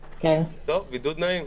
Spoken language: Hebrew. טוב, בידוד נעים.